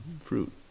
fruit